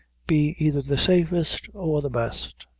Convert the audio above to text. be either the safest or the best.